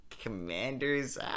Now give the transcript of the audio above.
Commanders